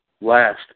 last